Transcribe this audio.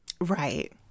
Right